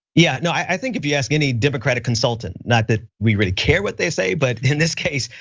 yeah, no, i think if you ask any democratic consultant, not that we really care what they say, but in this case,